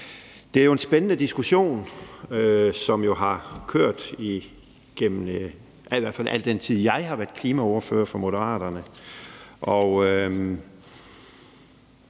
Det er jo en spændende diskussion, som i hvert fald har kørt igennem al den tid, jeg har været klimaordfører for Moderaterne,